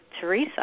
Teresa